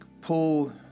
Pull